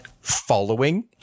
following